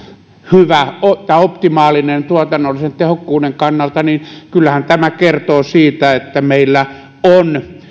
hyvä tai optimaalinen tuotannollisen tehokkuuden kannalta niin kyllähän tämä kertoo siitä että meillä on